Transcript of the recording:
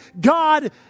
God